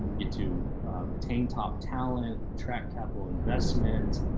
get to retain top talent track capital investment